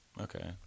okay